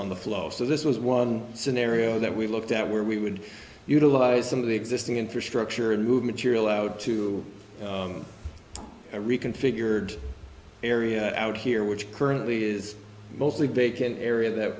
on the flow so this was one scenario that we looked at where we would utilize some of the existing infrastructure and move material out to reconfigured area out here which currently is mostly big an area that